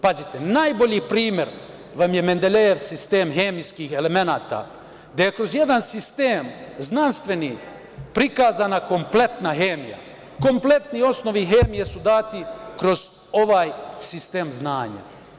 Pazite, najbolji primer vam je Mendeljejev sistem hemijskih elemenata, gde je kroz jedan sistem znanstveni prikazana kompletna hemija, kompletni osnovi hemije su dati kroz ovaj sistem znanja.